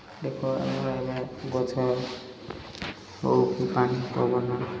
ଦେଖ ଆମର ଏବେ ଗଛ ହେଉ କି ପାଣି ପବନ